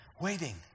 waiting